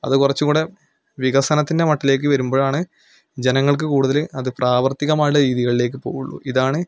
അത് കുറച്ചുംകൂടെ വികസനത്തിൻ്റെ മട്ടിലേക്ക് വരുമ്പോഴാണ് ജനങ്ങൾക്ക് കൂടുതൽ അത് പ്രാവർത്തികമായിട്ടുള്ള രീതികളിലേക്ക് പോവുള്ളൂ ഇതാണ്